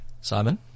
Simon